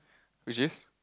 which is